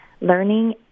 learning